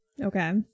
Okay